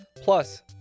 plus